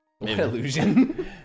illusion